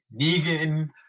Negan